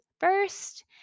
first